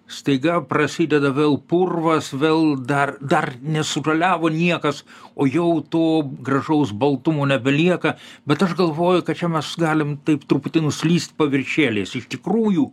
staiga prasideda vėl purvas vėl dar dar nesužaliavo niekas o jau to gražaus baltumo nebelieka bet aš galvoju kad čia mes galim taip truputį nuslyst paviršėliais iš tikrųjų